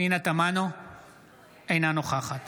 אינה נוכחת